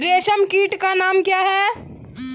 रेशम कीट का नाम क्या है?